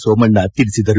ಸೋಮಣ್ಣ ತಿಳಿಸಿದರು